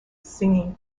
singing